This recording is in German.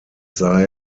sah